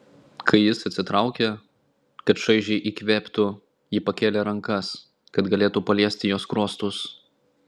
kai jis atsitraukė kad šaižiai įkvėptų ji pakėlė rankas kad galėtų paliesti jo skruostus